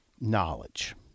knowledge